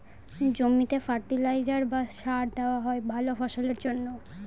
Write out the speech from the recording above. জমিতে ফার্টিলাইজার বা সার দেওয়া হয় ভালা ফসলের জন্যে